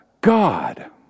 God